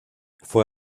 fue